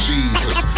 Jesus